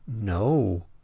No